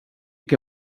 que